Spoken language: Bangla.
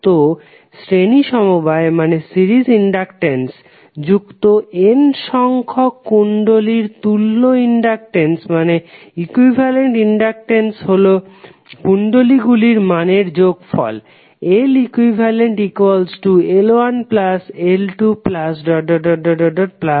তো শ্রেণী সমবায়ে যুক্ত n সংখ্যক কুণ্ডলীগুলির তুল্য ইনডাকটেন্স হলো কুণ্ডলীগুলির মানের যোগফল